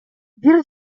бир